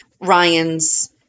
Ryan's